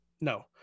No